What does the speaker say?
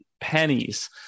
pennies